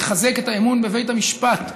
זה יחזק את האמון בבית המשפט,